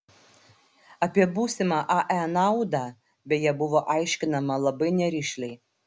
apie būsimą ae naudą beje buvo aiškinama labai nerišliai